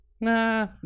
nah